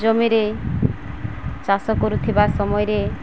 ଜମିରେ ଚାଷ କରୁଥିବା ସମୟରେ